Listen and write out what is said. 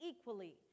equally